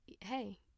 hey